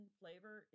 flavor